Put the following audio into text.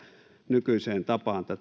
nykyiseen tapaan